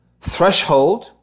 threshold